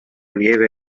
lieve